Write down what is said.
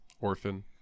orphan